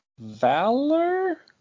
Valor